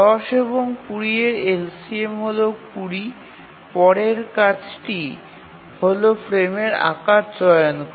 ১০ এবং ২০ এর LCM হল ২০ পরের কাজটি হল ফ্রেমের আকার চয়ন করা